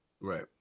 right